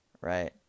right